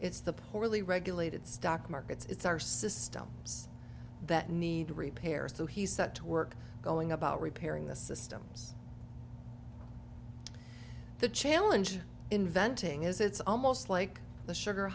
it's the poorly regulated stock markets it's our systems that need repairs so he set to work going about repairing the systems the challenge inventing is it's almost like the sugar